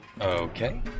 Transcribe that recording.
Okay